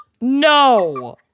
No